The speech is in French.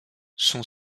son